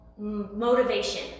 motivation